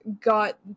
got